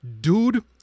dude